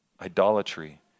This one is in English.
idolatry